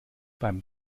beim